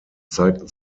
zeigten